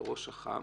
או ראש אח"מ,